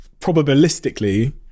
probabilistically